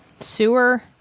sewer